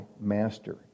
Master